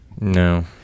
no